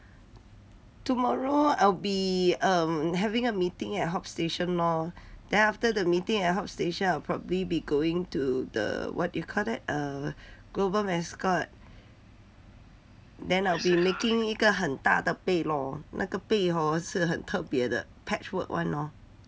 tomorrow I'll be um having a meeting at hop station lor then after the meeting at hop station I'll probably be going to the what you call err global mascot then I'll be making 一个很大的被咯那个被 hor 是很特别的 patchwork [one] orh